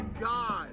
God